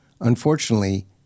Unfortunately